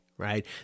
Right